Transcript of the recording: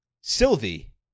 Sylvie